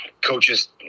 coaches